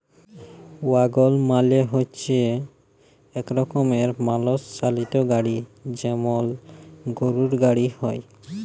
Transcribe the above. ওয়াগল মালে হচ্যে এক রকমের মালষ চালিত গাড়ি যেমল গরুর গাড়ি হ্যয়